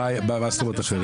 אומרת "אחרת"?